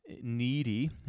needy